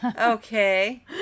Okay